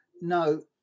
no